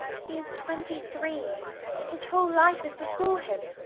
he is twenty-three his whole life is before him.